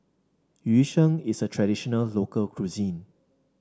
Yu Sheng is a traditional local cuisine